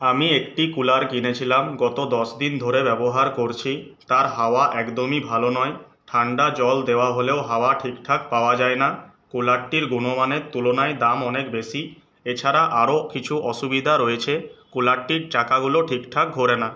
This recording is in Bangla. আমি একটি কুলার কিনেছিলাম গত দশ দিন ধরে ব্যবহার করছি তার হাওয়া একদমই ভালো নয় ঠান্ডা জল দেওয়া হলেও হাওয়া ঠিকঠাক পাওয়া যায় না কুলারটির গুণমানের তুলনায় দাম অনেক বেশি এছাড়া আরও কিছু অসুবিধা রয়েছে কুলারটির চাকাগুলো ঠিকঠাক ঘোরে না